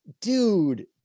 dude